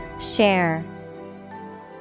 share